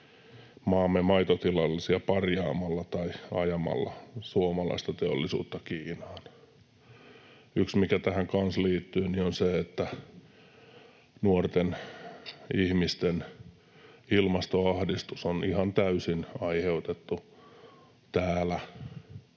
maamme maitotilallisia parjaamalla tai ajamalla suomalaista teollisuutta Kiinaan. Yksi, mikä tähän kanssa liittyy, on se, että nuorten ihmisten ilmastoahdistus on ihan täysin aiheutettu täällä.